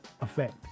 effect